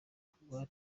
kuva